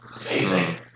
Amazing